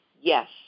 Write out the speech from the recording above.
yes